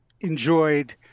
enjoyed